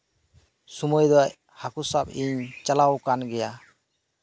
ᱥᱚᱢᱚᱭ ᱫᱚ ᱦᱟᱹᱠᱩ ᱥᱟᱵ ᱤᱧ ᱪᱟᱞᱟᱣ ᱟᱠᱟᱱ ᱜᱮᱭᱟ